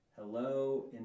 hello